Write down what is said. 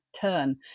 turn